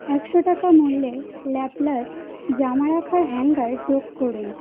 একশো টাকা মূল্যের ল্যাপ্লাস্ট জামা রাখার হ্যাঙ্গার যোগ করুন